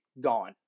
gone